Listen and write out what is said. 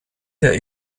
der